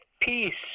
Peace